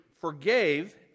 forgave